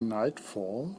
nightfall